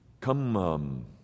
Come